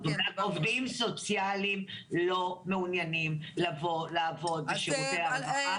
עובדים סוציאליים לא מעוניינים לבוא לעבוד בשירותי הרווחה,